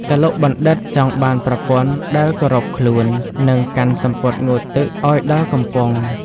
កឡុកបណ្ឌិត្យ ចង់បានប្រពន្ធដែលគោរពខ្លួន និងកាន់សំពត់ងូតទឹកឱ្យដល់កំពង់ ។